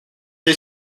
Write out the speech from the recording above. est